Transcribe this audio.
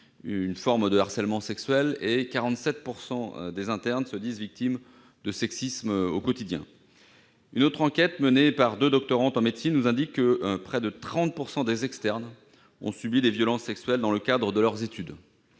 une forme de harcèlement sexuel et que 47 % d'entre eux se disent victimes de sexisme au quotidien. Une autre enquête menée par deux doctorantes en médecine nous indique que près de 30 % des externes ont subi des violences sexuelles dans le cadre de leurs études.